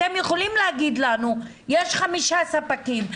אתם יכולים להגיד לנו שיש חמישה ספקים,